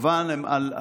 קבע על חקיקה